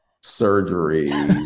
surgery